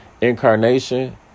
incarnation